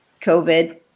COVID